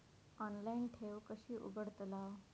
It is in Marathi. ऑनलाइन ठेव कशी उघडतलाव?